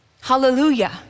Hallelujah